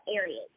areas